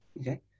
Okay